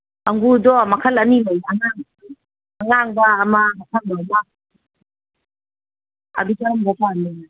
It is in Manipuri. ꯑꯪꯒꯨꯔꯗꯣ ꯃꯈꯜ ꯑꯅꯤ ꯂꯩ ꯑꯉꯥꯡꯕ ꯑꯃ ꯑꯁꯪꯕ ꯑꯃ ꯑꯗꯨ ꯀꯔꯝꯕ ꯄꯥꯝꯃꯤꯅꯣ